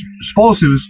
explosives